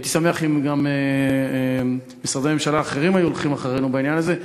הייתי שמח אם גם משרדי ממשלה אחרים היו הולכים אחרינו בעניין הזה,